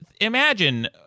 imagine